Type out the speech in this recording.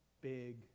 big